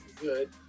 good